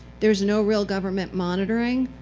there is no real government monitoring,